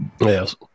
Yes